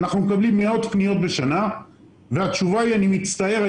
אנחנו מקבלים מאות פניות בשנה והתשובה היא שאני מצטער,